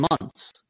months